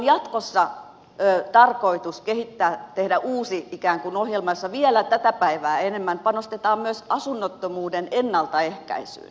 meidän on jatkossa tarkoitus kehittää uusi ohjelma jossa vielä tätä päivää enemmän panostetaan myös asunnottomuuden ennaltaehkäisyyn